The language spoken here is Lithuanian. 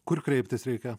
kur kreiptis reikia